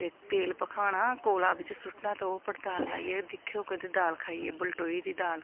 ते तेल भखाना कोला बिच्च सुट्टना ते ओह् पड़ताल लाइयै दिक्खेओ कदें दाल खाइयै बलटोई दी दाल